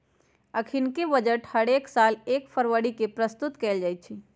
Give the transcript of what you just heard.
अखनीके बजट हरेक साल एक फरवरी के प्रस्तुत कएल जाइ छइ